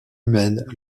humaine